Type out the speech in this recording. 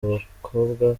abakobwa